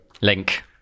Link